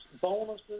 bonuses